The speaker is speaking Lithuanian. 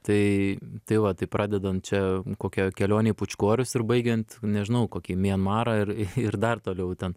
tai tai va tai pradedant čia kokia kelione į pučkorius ir baigiant nežinau kokį mianmarą ir ir dar toliau ten